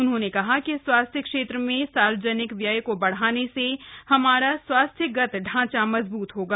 उन्होंने कहा कि स्वास्थ्य क्षेत्र में सार्वजनिक व्यय को बढाने से हमारा स्वास्थ्यगत ढांचा मजबूत होगा